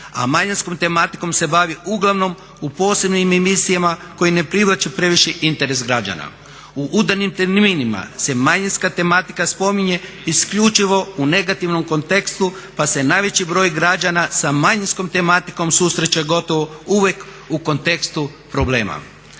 a manjinskom tematikom se bavi uglavnom u posebnim emisijama koje ne privlače previše interes građana. U udarnim terminima se manjinska tematika spominje isključivo u negativnom kontekstu pa se najveći broj građana sa manjinskom tematikom susreće gotovo uvijek u kontekstu problema.